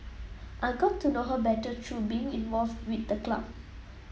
I got to know her better through being involved with the club